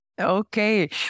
Okay